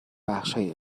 بخشهای